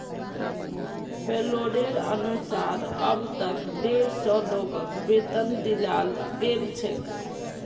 पैरोलेर अनुसार अब तक डेढ़ सौ लोगक वेतन दियाल गेल छेक